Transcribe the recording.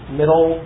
middle